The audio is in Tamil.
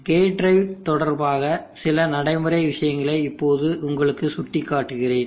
கேட் டிரைவ் தொடர்பாக சில நடைமுறை விஷயங்களை இப்போது உங்களுக்கு சுட்டிக்காட்டுகிறேன்